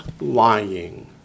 lying